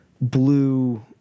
blue